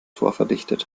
vorverdichtet